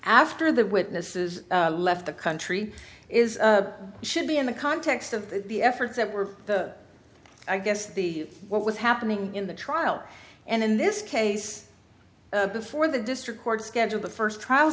after the witnesses left the country is should be in the context of the efforts that were the i guess the what was happening in the trial and in this case before the district court schedule the first trial